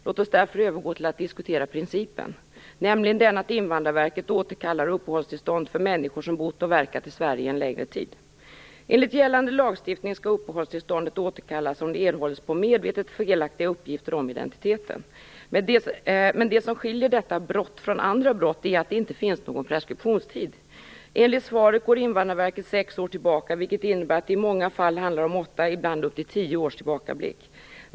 Låt oss därför övergå till att diskutera principen, nämligen den att Invandrarverket återkallar uppehållstillstånd för människor som bott och verkat i Sverige en längre tid. Enligt gällande lagstiftning skall uppehållstillståndet återkallas om det erhållits på medvetet felaktiga uppgifter om identiteten. Det som skiljer detta "brott" från andra brott är att det inte finns någon preskriptionstid. Enligt svaret går Invandrarverket sex år tillbaka i tiden, vilket innebär att det i många fall handlar om åtta, ibland upp till tio års tillbakablick.